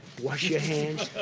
wash your hands,